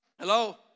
Hello